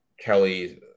Kelly